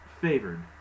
favored